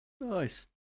Nice